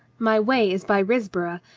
my way is by risborough,